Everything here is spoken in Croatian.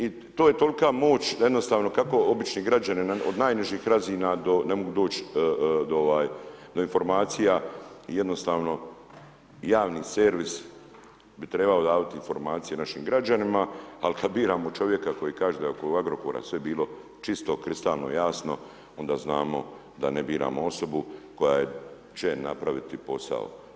I to je toliko moći da jednostavno kako obični građani od najnižih razina ne mogući doći do informacija, jednostavno javni servis bi trebao javiti informacije našim građanima, ali kad biramo čovjeka koji kaže da je oko Agrokora sve bilo čisto, kristalno jasno, onda znamo da ne biramo osobu koja će napraviti posao.